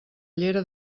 llera